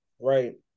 Right